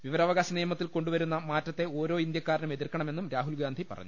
വിവരവകാശ നിയമത്തിൽ കൊണ്ടുവരുന്ന മാറ്റത്തെ ഓരോ ഇന്ത്യക്കാ രനും എതിർക്കണമെന്നും രാഹുൽഗാന്ധി പറഞ്ഞു